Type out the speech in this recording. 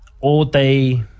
all-day